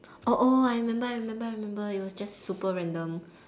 oh oh I remember I remember I remember it was just super random